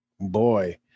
Boy